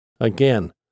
Again